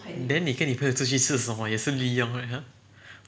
then 你个你朋友出去吃什么也是利用 right !huh!